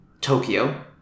Tokyo